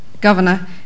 Governor